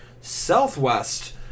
Southwest